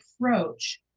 approach